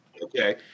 Okay